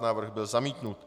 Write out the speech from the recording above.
Návrh byl zamítnut.